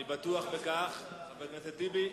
אני בטוח בכך, חבר הכנסת טיבי.